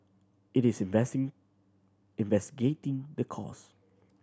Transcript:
it is investing investigating the cause